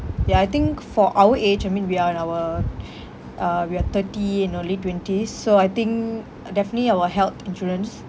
ya I think for our age I mean we are on our uh we are thirty and early twenties so I think uh definitely our health insurance